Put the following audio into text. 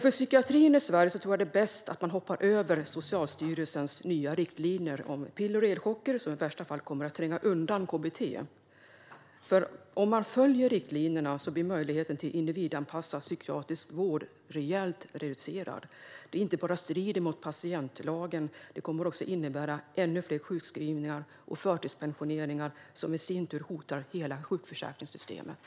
För psykiatrin i Sverige tror jag att det är bäst att hoppa över Socialstyrelsens nya riktlinjer om piller och elchocker, som i värsta fall kommer att tränga undan KBT. Om man följer riktlinjerna blir möjligheten till individanpassad psykiatrisk vård rejält reducerad. Det strider inte bara mot patientlagen utan kommer också att innebära ännu fler sjukskrivningar och förtidspensioneringar, vilket i sin tur hotar hela sjukförsäkringssystemet.